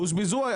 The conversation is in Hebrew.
בוזבזו,